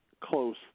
close